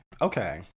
Okay